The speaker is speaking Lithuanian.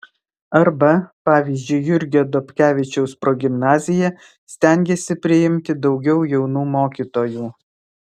arba pavyzdžiui jurgio dobkevičiaus progimnazija stengiasi priimti daugiau jaunų mokytojų